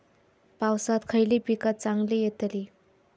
पावसात खयली पीका चांगली येतली?